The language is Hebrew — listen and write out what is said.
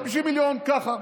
50 מיליון ככה,